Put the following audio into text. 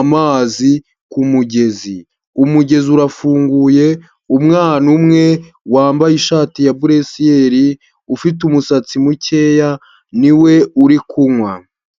amazi ku mugezi. Umugezi urafunguye, umwana umwe wambaye ishati ya buresiyeri, ufite umusatsi mukeya ni we uri kunywa.